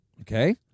Okay